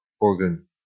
organ